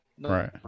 Right